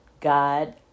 God